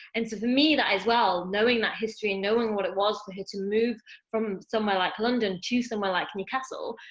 and so for me, that as well, knowing that history and knowing what it was for her to move from somewhere like london, to somewhere like newcastle,